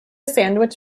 sandwich